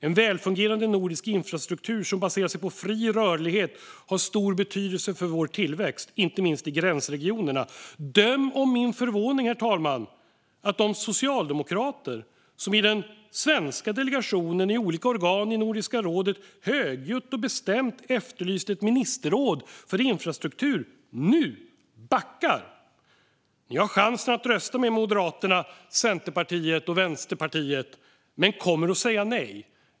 En välfungerande nordisk infrastruktur som baserar sig på fri rörlighet har stor betydelse för vår tillväxt, inte minst i gränsregionerna. Döm om min förvåning, herr talman, när de socialdemokrater som i den svenska delegationen och i olika organ i Nordiska rådet högljutt och bestämt efterlyst ett ministerråd för infrastruktur nu backar. Ni har chansen att rösta med Moderaterna, Centerpartiet och Vänsterpartiet men kommer att säga nej.